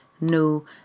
new